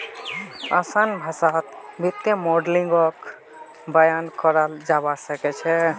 असान भाषात वित्तीय माडलिंगक बयान कराल जाबा सखछेक